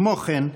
כמו כן,